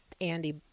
Andy